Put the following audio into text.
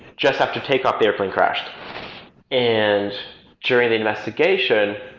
just after takeoff the airplane crashed and during the investigation,